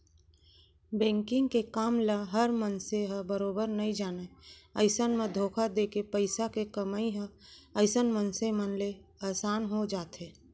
banking के काम ल हर मनसे ह बरोबर नइ जानय अइसन म धोखा देके पइसा के कमई ह अइसन मनसे मन ले असान हो जाथे